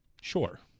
sure